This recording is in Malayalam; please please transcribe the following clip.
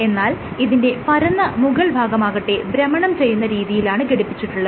എന്നാൽ ഇതിന്റെ പരന്ന മുകൾ ഭാഗമാകട്ടെ ഭ്രമണം ചെയ്യുന്ന രീതിലായാണ് ഘടിപ്പിച്ചിട്ടുള്ളത്